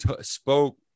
spoke